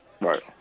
Right